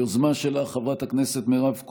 היוזמה שלך, חברת הכנסת מירב כהן,